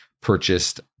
purchased